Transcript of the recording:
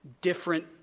different